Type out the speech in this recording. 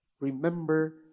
Remember